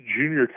junior